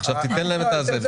עכשיו תיתן להם את זה, בשביל מה?